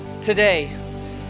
today